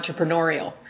entrepreneurial